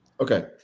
Okay